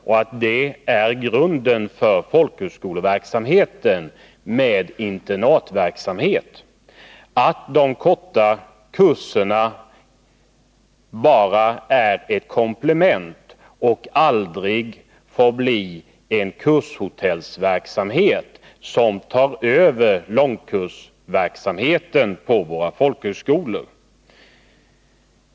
Detta är grunden för folkhögskoleverksamheten med ett fungerande internat. De korta kurserna är bara ett komplement och får aldrig bli en kurshotellsverksamhet som tar över långkursverksamheten på våra folkhögskolor.